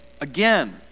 Again